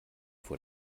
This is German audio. vor